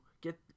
get